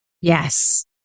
Yes